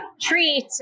treat